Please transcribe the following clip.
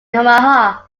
omaha